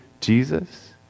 Jesus